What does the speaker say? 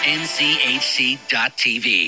nchc.tv